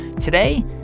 Today